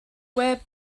wear